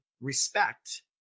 respect